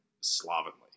slovenly